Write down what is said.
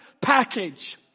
package